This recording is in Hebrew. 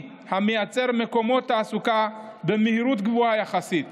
המייצר מקומות תעסוקה במהירות גבוהה יחסית.